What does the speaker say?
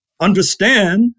understand